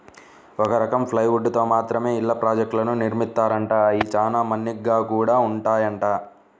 ఒక రకం ప్లైవుడ్ తో మాత్రమే ఇళ్ళ ప్రాజెక్టులను నిర్మిత్తారంట, అయ్యి చానా మన్నిగ్గా గూడా ఉంటాయంట